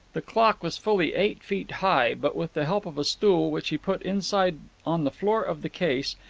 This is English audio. the clock was fully eight feet high, but with the help of a stool, which he put inside on the floor of the case,